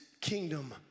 kingdom